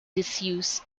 disuse